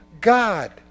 God